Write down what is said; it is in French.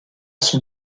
son